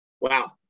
wow